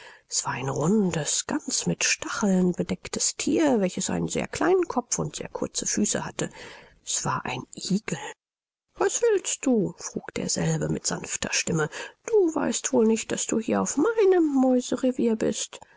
es war ein rundes ganz mit stacheln bedecktes thier welches einen sehr kleinen kopf und sehr kurze füße hatte es war ein igel was willst du frug derselbe mit sanfter stimme du weißt wohl nicht daß du hier auf meinem mäuserevier bist